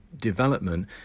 development